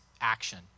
action